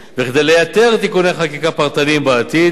וכדי לייתר תיקוני חקיקה פרטניים בעתיד,